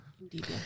Indeed